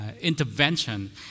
intervention